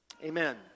Amen